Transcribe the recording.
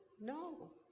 no